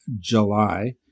July